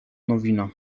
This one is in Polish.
nowina